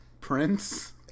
Prince